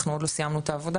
אנחנו עוד לא סיימנו את העבודה,